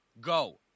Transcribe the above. go